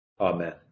amen